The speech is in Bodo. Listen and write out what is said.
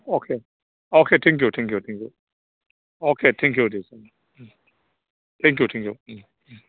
okay okay thank you thank you okay thank you Day